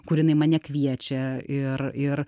kur jinai mane kviečia ir ir